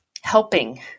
helping